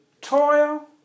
toil